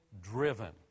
driven